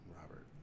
Robert